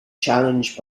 challenge